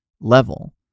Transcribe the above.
level